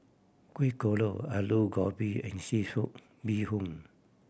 Kueh Kodok Aloo Gobi and seafood bee hoon